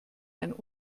einen